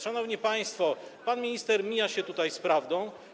Szanowni państwo, pan minister mija się tutaj z prawdą.